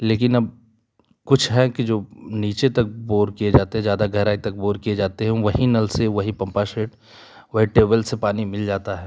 लेकिन अब कुछ है कि जो नीचे तक बोर किए जाते ज्यादा गहराई तक बोर किए जाते हैं वही नल से वही पँपा सेट वही टेबल से पानी मिल जाता है